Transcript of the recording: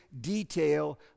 detail